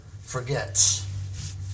forgets